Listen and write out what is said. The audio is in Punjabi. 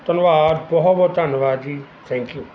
ਧੰਨਵਾਦ ਬਹੁਤ ਬਹੁਤ ਧੰਨਵਾਦ ਜੀ ਥੈਂਕਯੂ